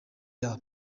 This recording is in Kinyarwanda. yabo